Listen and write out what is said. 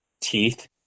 teeth